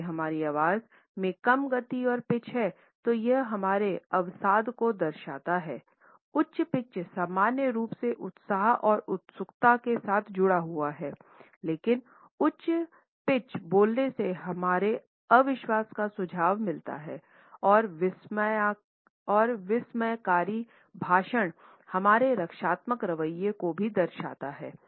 यदि हमारी आवाज़ में कम गति और पिच है तो यह हमारे अवसाद को दर्शाता है उच्च पिच सामान्य रूप से उत्साह और उत्सुकता के साथ जुड़ा हुआ है लेकिन उच्च पिच बोलने से हमारे अविश्वास का सुझाव मिलता है और विस्मयकारी भाषण हमारे रक्षात्मक रवैये को भी दर्शाता है